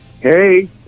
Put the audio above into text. Hey